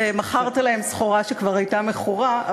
ומכרת להם סחורה שכבר הייתה מכורה.